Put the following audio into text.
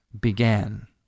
began